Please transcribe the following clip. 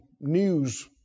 news